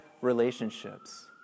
relationships